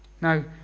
Now